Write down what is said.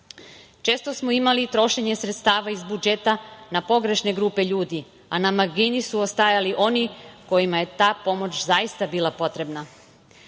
smo imali trošenje sredstava iz budžeta na pogrešne grupe ljudi, a na margini su ostajali oni kojima je ta pomoć zaista bila potrebna. Socijalna